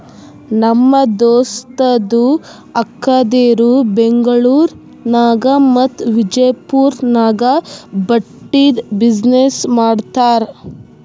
ನಮ್ ದೋಸ್ತದು ಅಕ್ಕಾದೇರು ಬೆಂಗ್ಳೂರ್ ನಾಗ್ ಮತ್ತ ವಿಜಯಪುರ್ ನಾಗ್ ಬಟ್ಟಿದ್ ಬಿಸಿನ್ನೆಸ್ ಮಾಡ್ತಾರ್